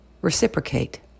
reciprocate